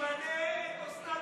איפה